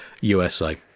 USA